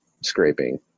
scraping